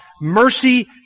mercy